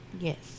Yes